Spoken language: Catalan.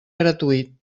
gratuït